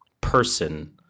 person